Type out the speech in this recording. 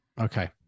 okay